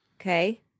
Okay